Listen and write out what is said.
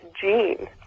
gene